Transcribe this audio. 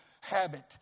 habit